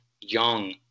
young